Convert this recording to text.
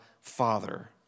Father